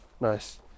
Nice